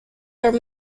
are